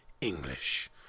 English